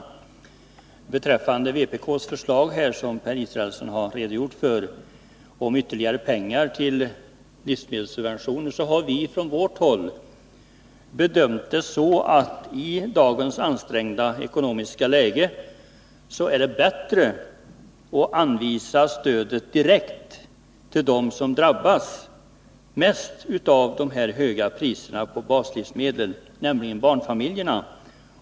Jag vill beträffande vpk:s förslag om ytterligare pengar till livsmedelssubventioner, vilket Per Israelsson redogjort för, säga att vi från vårt håll har bedömt det så, att det i dagens ansträngda ekonomiska läge är bättre att anvisa stödet direkt till dem som drabbas mest av de höga priserna på baslivsmedel, nämligen barnfamiljerna.